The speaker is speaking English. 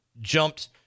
jumped